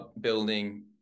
building